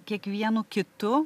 kiekvienu kitu